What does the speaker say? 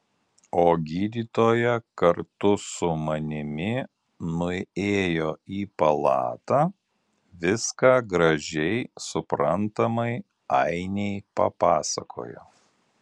o gydytoja kartu su manimi nuėjo į palatą viską gražiai suprantamai ainei papasakojo